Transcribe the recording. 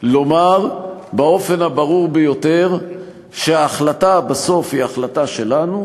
לומר באופן הברור ביותר שההחלטה בסוף היא החלטה שלנו,